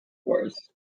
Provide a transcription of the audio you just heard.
wars